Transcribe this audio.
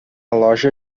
loja